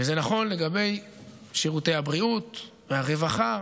זה נכון לגבי שירותי הבריאות והרווחה